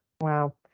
Wow